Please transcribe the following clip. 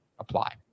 apply